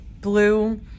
blue